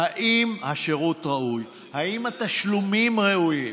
אם השירות ראוי, אם התשלומים ראויים.